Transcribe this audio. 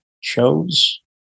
shows